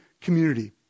community